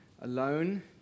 alone